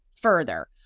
further